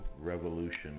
revolution